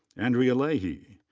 andrea leahy.